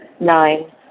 Nine